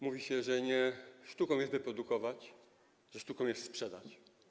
Mówi się, że nie sztuką jest wyprodukować, sztuką jest sprzedać.